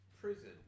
prison